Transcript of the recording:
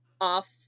off